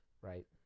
right